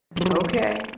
Okay